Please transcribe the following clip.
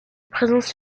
présence